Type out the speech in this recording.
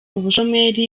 ubushomeri